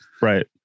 Right